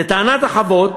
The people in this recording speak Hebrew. לטענת החוות,